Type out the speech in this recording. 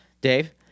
Dave